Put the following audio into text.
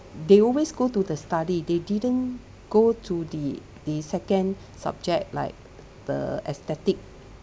they always go to the study they didn't go to the the second subject like the aesthetic